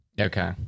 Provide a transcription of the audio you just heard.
okay